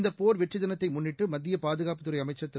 இந்த போர் வெற்றி தினத்தை முன்னிட்டு மத்திய பாதுகாப்பு துறை அமைச்சர் திரு